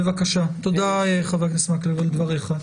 תודה חבר הכנסת מקלב על דבריך.